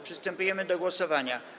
Przystępujemy do głosowania.